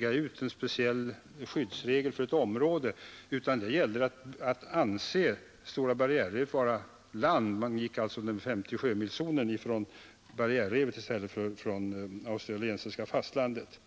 göra en speciell skyddsregel för ett vattenområde, utan där betraktade man Stora barriärrevet som land. Man räknade alltså zonen om 50 sjömil från barriärrevet i stället för från australiensiska fastlandet.